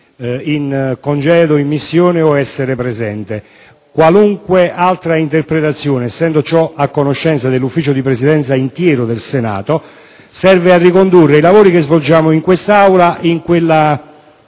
in congedo, in missione o essere presente. Qualunque altra interpretazione, essendo ciò a conoscenza del Consiglio di Presidenza del Senato, serve a ricondurre i lavori che svolgiamo in quest'Aula verso